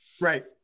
Right